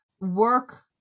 work